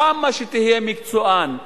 כמה שתהיה מקצוען,